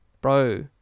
bro